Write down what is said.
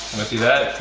me see that.